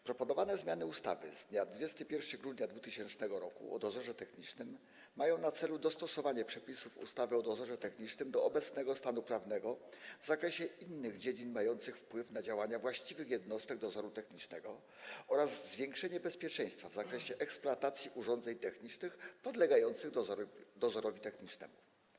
Proponowane zmiany ustawy z dnia 21 grudnia 2000 r. o dozorze technicznym mają na celu dostosowanie przepisów ustawy o dozorze technicznym do obecnego stanu prawnego w zakresie innych dziedzin mających wpływ na działania właściwych jednostek dozoru technicznego oraz zwiększenie bezpieczeństwa w zakresie eksploatacji urządzeń technicznych podlegających dozorowi technicznemu.